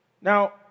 Now